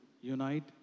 unite